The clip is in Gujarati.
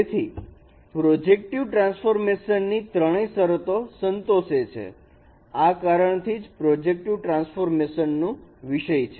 તેથી તેઓ પ્રોજેક્ટિવ ટ્રાન્સફોર્મેશન ની ત્રણેય શરતો સંતોષે છે આ કારણ થી જ આ પ્રોજેક્ટિવ ટ્રાન્સફોર્મેશન નું વિષય છે